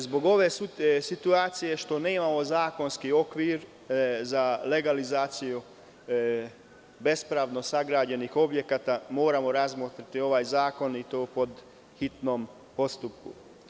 Zbog ove situacije što nemamo zakonski okvir za legalizaciju bespravno sagrađenih objekata, moramo razmotriti ovaj zakon i to po hitnom postupku.